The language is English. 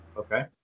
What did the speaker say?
Okay